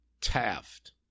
Taft